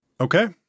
Okay